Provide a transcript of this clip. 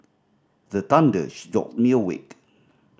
the thunder jolt me awake